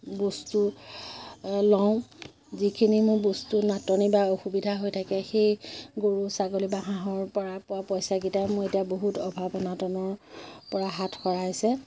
বস্তু লওঁ যিখিনি মোৰ বস্তু নাটনি বা অসুবিধা হৈ থাকে সেই গৰু ছাগলী বা হাঁহৰ পৰা পোৱা পইচাকেইটাই মোৰ এতিয়া বহুত অভাৱ অনাটনৰ পৰা হাত সৰাইছে